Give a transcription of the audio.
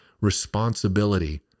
responsibility